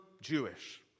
Jewish